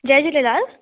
Jay Jhulelal